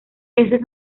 peces